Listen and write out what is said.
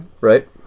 Right